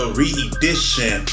re-edition